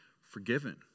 forgiven